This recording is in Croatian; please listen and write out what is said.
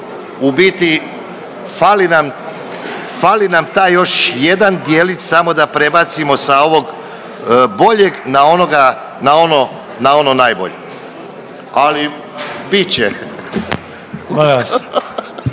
u biti fali nam taj još jedan djelić samo da prebacimo sa ovog boljeg na ono najbolje. Ali bit će.